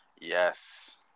yes